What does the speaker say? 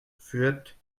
fürth